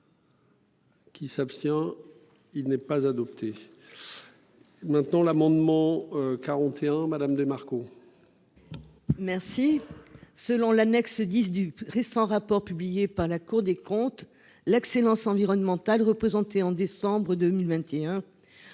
Qui s'abstient. Il n'est pas adopté. Maintenant l'amendement 41 Madame Marco.